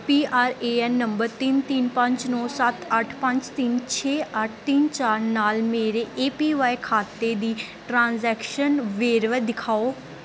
P R A N number ਤਿੰਨ ਤਿੰਨ ਪੰਜ ਨੌ ਸੱਤ ਅੱਠ ਪੰਜ ਤਿੰਨ ਛੇ ਅੱਠ ਤਿੰਨ ਚਾਰ ਨਾਲ ਮੇਰੇ ਏ ਪੀ ਵਾਈ ਖਾਤੇ ਦੀ ਟ੍ਰਾਂਸੈਕਸ਼ਨ ਵੇਰਵੇ ਦਿਖਾਓ